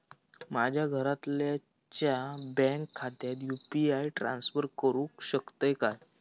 माझ्या घरातल्याच्या बँक खात्यात यू.पी.आय ट्रान्स्फर करुक शकतय काय?